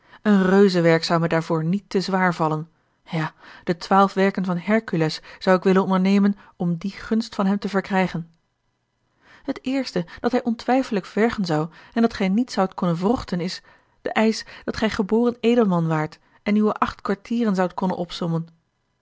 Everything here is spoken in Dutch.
een reuzenwerk zou me daarvoor niet te zwaar vallen ja de twaalf werken van hercules zou ik willen ondernemen om die gunst van hem te verkrijgen het eerste dat hij ontwijfelijk vergen zou en dat gij niet zoudt kunnen wrochten is de eisch dat gij geboren edelman waart en uwe acht kwartieren zoudt kunnen opsommen